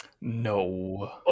No